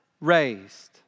raised